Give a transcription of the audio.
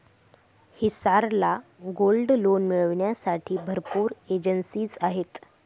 हिसार ला gold loan मिळविण्यासाठी भरपूर एजेंसीज आहेत